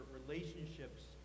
relationships